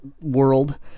world